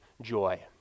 joy